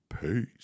Peace